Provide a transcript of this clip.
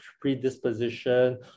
predisposition